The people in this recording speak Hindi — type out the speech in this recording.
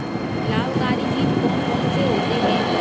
लाभकारी कीट कौन कौन से होते हैं?